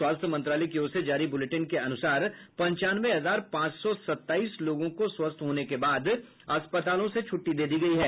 स्वास्थ्य मंत्रालय की ओर से जारी बुलेटिन के अनुसार पंचानवे हजार पांच सौ सताईस लोगों को स्वस्थ होने के बाद अस्पताल से छुट्टी दे दी गयी है